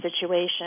situation